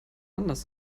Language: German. anders